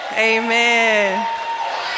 Amen